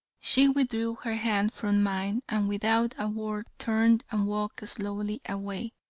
she withdrew her hand from mine and without a word turned and walked slowly away,